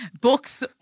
Books